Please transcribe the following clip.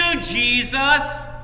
Jesus